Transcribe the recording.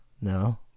No